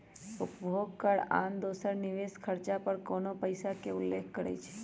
उपभोग कर आन दोसर निवेश खरचा पर कोनो पइसा के उल्लेख करइ छै